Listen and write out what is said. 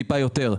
טיפה יותר.